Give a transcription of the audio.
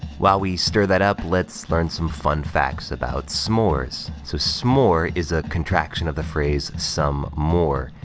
while we stir that up, let's learn some fun facts about s'mores. so, s'more is a contraction of the phrase some more,